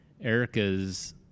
Erica's